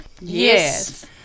Yes